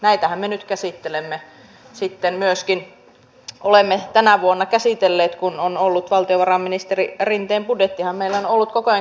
näitähän me nyt käsittelemme ja olemme myöskin tänä vuonna käsitelleet kun valtiovarainministeri rinteen budjettihan meillä on ollut koko ajan käsittelyssä